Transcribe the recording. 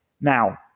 Now